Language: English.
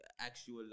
actual